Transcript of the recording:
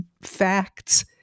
facts